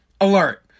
alert